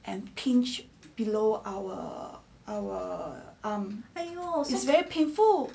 and pinch below our our um you know it's very painful